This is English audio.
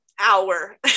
hour